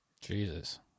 Jesus